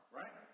right